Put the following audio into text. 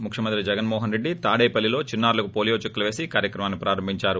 ముఖ్యమంత్రి జగన్మోహన్ రెడ్లి తాడేపల్లిలో చిన్నా రులకు పోలీయో చుక్కలను వేసి కార్యక్రమాన్ని ప్రారంభించారు